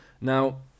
Now